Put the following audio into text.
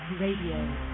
Radio